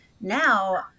now